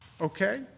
Okay